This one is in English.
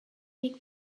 make